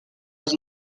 els